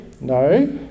No